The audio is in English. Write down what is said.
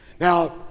Now